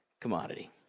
commodity